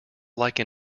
like